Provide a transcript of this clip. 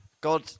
God